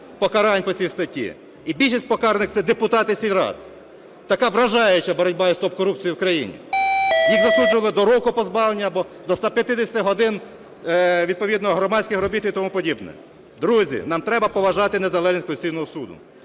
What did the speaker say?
покарань по цій статті, і більшість покараних – це депутати сільрад. Така вражаюча боротьба із топ-корупцією в країні. Їх засуджували до року позбавлення або до 150 годин відповідно громадських робіт і тому подібне. Друзі, нам треба поважати незалежність Конституційного Суду.